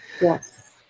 yes